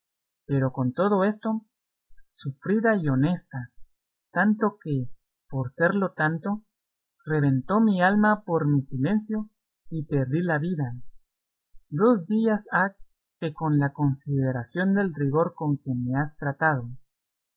pero con todo esto sufrida y honesta tanto que por serlo tanto reventó mi alma por mi silencio y perdí la vida dos días ha que con la consideración del rigor